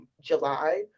July